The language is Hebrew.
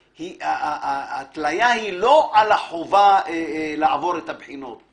ההתליה היא לא על החובה לעבור את הבחינות,